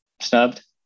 snubbed